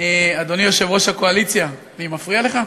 אדוני יושב-ראש הקואליציה, אני מפריע לך?